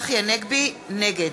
נגד